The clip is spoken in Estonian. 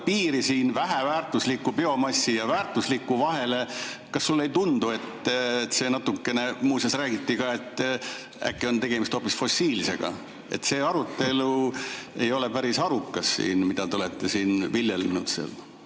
piiri siin väheväärtusliku biomassi ja väärtusliku vahele – kas sulle ei tundu, et see natukene ...? Muuseas, räägiti ka, et äkki on tegemist hoopis fossiilisega. See arutelu ei ole päris arukas, mida te olete viljelenud seal